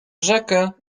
rzekę